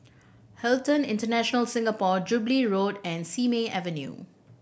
Hilton International Singapore Jubilee Road and Simei Avenue